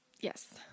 Yes